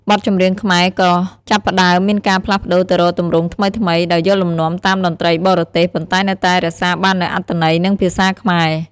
បទចម្រៀងខ្មែរក៏ចាប់ផ្តើមមានការផ្លាស់ប្តូរទៅរកទម្រង់ថ្មីៗ ដោយយកលំនាំតាមតន្ត្រីបរទេស ប៉ុន្តែនៅតែរក្សាបាននូវអត្ថន័យ និងភាសាខ្មែរ។